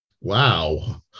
Wow